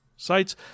sites